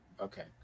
Okay